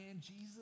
Jesus